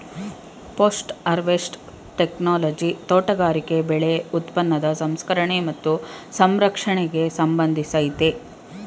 post harvest technology ತೋಟಗಾರಿಕೆ ಬೆಳೆ ಉತ್ಪನ್ನದ ಸಂಸ್ಕರಣೆ ಮತ್ತು ಸಂರಕ್ಷಣೆಗೆ ಸಂಬಂಧಿಸಯ್ತೆ